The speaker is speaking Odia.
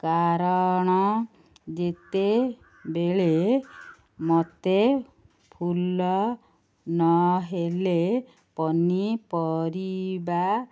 କାରଣ ଯେତେବେଳେ ମୋତେ ଫୁଲ ନ ହେଲେ ପନିପରିବା